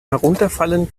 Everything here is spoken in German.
herunterfallen